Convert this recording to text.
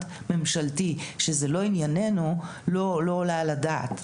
ממשלתי שזה לא עניינינו- לא עולה על הדעת.